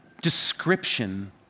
description